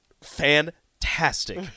fantastic